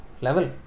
level